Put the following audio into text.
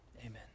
Amen